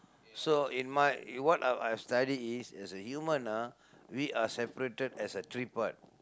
so in my in what I I've studied is as a human ah we are separated as a three part